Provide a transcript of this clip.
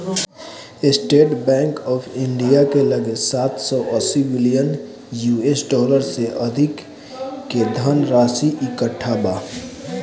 estate Bank of India के लगे सात सौ अस्सी बिलियन यू.एस डॉलर से अधिक के धनराशि इकट्ठा बा